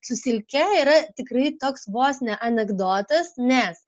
su silke yra tikrai toks vos ne anekdotas nes